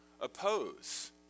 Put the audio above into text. oppose